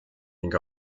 ning